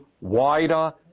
wider